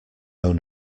own